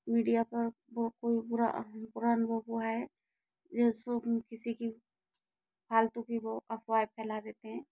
media पर वो कोई बुरा बुरा अनुभव हुआ है सब किसी की फ़ालतू की वो अफ़वाहें फैला देते हैं